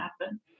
happen